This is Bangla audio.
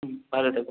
ভালো থেকো